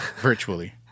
virtually